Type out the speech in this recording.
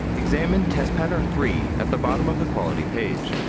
examine test pattern three at the bottom of the quality page.